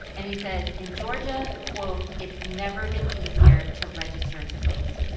and he says, in georgia, quote, it's never been easier to register to vote.